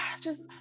just-